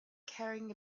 carrying